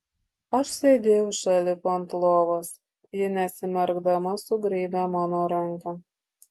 aš sėdėjau šalip ant lovos ji neatsimerkdama sugraibė mano ranką